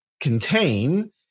contain